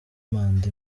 manda